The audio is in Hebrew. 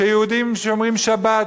שיהודים שומרים שבת,